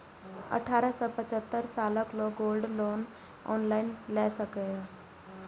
अठारह सं पचहत्तर सालक लोग गोल्ड लोन ऑनलाइन लए सकैए